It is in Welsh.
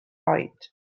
oed